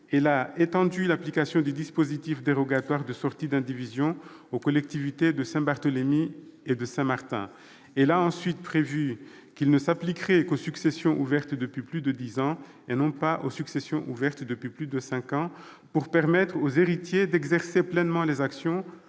elle a étendu l'application du dispositif dérogatoire de sortie d'indivision aux collectivités de Saint-Barthélemy et de Saint-Martin. Elle a ensuite prévu qu'il s'appliquerait seulement aux successions ouvertes depuis plus de dix ans, au lieu de cinq ans, pour permettre aux héritiers d'exercer pleinement les actions